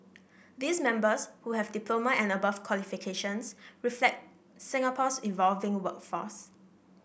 these members who have diploma and above qualifications reflect Singapore's evolving workforce